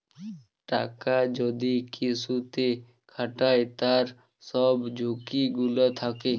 টাকা যদি কিসুতে খাটায় তার সব ঝুকি গুলা থাক্যে